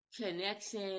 connection